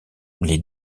les